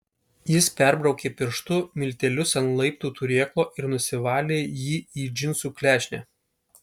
jis perbraukė pirštu miltelius ant laiptų turėklo ir nusivalė jį į džinsų klešnę